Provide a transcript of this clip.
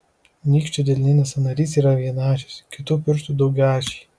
nykščio delninis sąnarys yra vienaašis kitų pirštų daugiaašiai